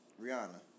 Rihanna